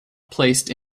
placed